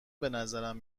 بنظرم